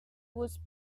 was